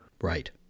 Right